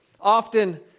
Often